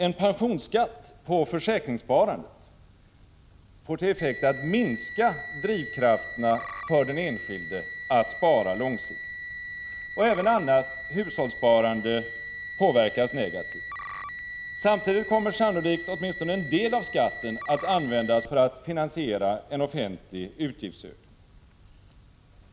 En pensionsskatt på försäkringssparande får till effekt att minska drivkrafterna för den enskilde att spara långsiktigt, och även annat hushållssparande påverkas negativt. Samtidigt kommer sannolikt åtminstone en del av skatten att användas för att finansiera en offentlig utgiftsökning.